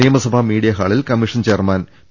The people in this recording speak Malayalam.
നിയമസഭാ മീഡിയാ ഹാളിൽ കമ്മീഷൻ ചെയർമാൻ പി